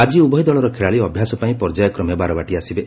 ଆକି ଉଭୟ ଦଳର ଖେଳାଳି ଅଭ୍ୟାସ ପାଇଁ ପର୍ଯ୍ୟାୟକ୍ରମେ ବାରବାଟୀ ଆସିବେ